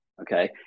okay